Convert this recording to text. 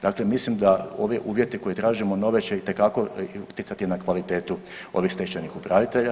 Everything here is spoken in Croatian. Dakle, mislim da ovi uvjeti koje tražimo nove će itekako utjecati na kvalitetu ovih stečajnih upravitelja.